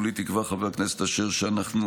כולי תקווה, חבר הכנסת אשר, שאנחנו